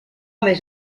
més